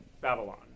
Babylon